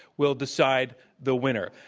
will decide the winner.